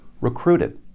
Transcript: recruited